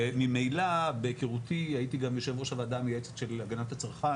וממילא בהיכרותי הייתי גם יושב ראש הוועדה המייעצת של הגנת הצרכן.